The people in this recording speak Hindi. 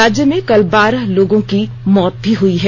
राज्य में कल बारह लोगों की मौत भी हुई है